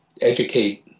educate